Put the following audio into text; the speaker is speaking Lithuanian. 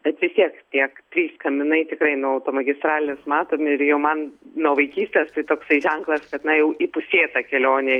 atsisės tiek trys kaminai tikrai nuo automagistralės matomi ir jau man nuo vaikystės tai toksai ženklas kad na jau įpusėta kelionė